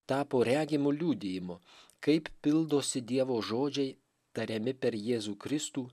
tapo regimu liudijimu kaip pildosi dievo žodžiai tariami per jėzų kristų